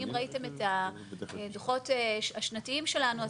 ואם ראיתם את הדו"חות השנתיים שלנו,